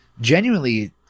genuinely